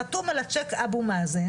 חתום על הצ'ק אבו-מאזן,